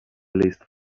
released